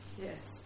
Yes